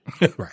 Right